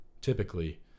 typically